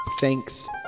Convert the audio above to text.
Thanks